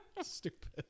Stupid